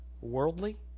Worldly